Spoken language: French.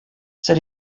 c’est